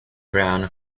brown